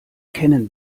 kennen